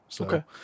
Okay